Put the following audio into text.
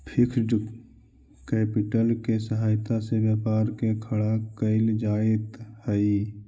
fixed capital के सहायता से व्यापार के खड़ा कईल जइत हई